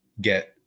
get